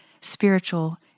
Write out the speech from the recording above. spiritual